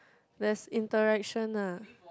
there's interaction ah